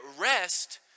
rest